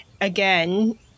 again